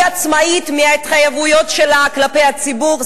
היא עצמאית מההתחייבויות שלה כלפי הציבור,